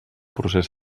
procés